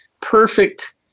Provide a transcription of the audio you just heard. perfect